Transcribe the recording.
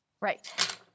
Right